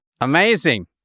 Amazing